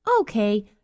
Okay